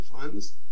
funds